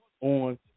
on